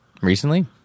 recently